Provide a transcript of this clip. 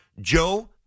Joe